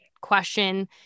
question